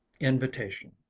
Invitation